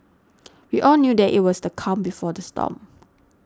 we all knew that it was the calm before the storm